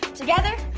together,